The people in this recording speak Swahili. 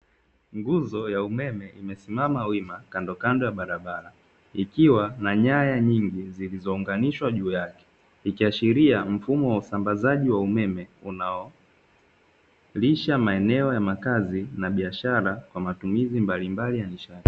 Nguzo ya umeme imesimama wima kandokando ya barabara, ukiwa na nyaya nyingi zilizounganishwa juu yake. Ikiashiria mfumo wa usambazaji wa umeme unaolisha maneno ya makazi na biashara kwa matumizi mbalimbali ya nishati.